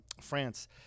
France